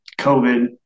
COVID